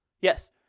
Yes